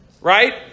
right